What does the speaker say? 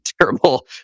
terrible